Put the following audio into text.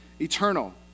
eternal